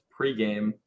pregame